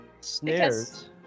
Snares